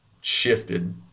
shifted